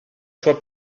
sua